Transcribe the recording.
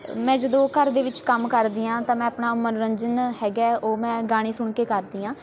ਮੈਂ ਜਦੋਂ ਘਰ ਦੇ ਵਿੱਚ ਕੰਮ ਕਰਦੀ ਹਾਂ ਤਾਂ ਮੈਂ ਆਪਣਾ ਮਨੋਰੰਜਨ ਹੈਗਾ ਉਹ ਮੈਂ ਗਾਣੇ ਸੁਣ ਕੇ ਕਰਦੀ ਹਾਂ